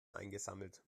eingesammelt